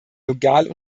legal